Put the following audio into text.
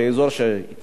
לנו,